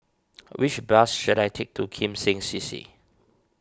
which bus should I take to Kim Seng C C